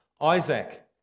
Isaac